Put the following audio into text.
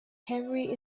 henry